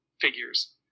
figures